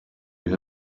you